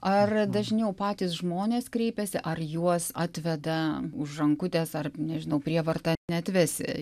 ar dažniau patys žmonės kreipiasi ar juos atveda už rankutės ar nežinau prievarta neatvesi